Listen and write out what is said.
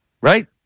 right